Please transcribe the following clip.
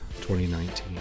2019